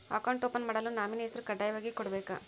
Account open ಮಾಡಲು nominee ಹೆಸರು ಕಡ್ಡಾಯವಾಗಿ ಕೊಡಬೇಕಾ?